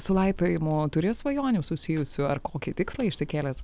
su laipiojimu turi svajonių susijusių ar kokį tikslą išsikėlęs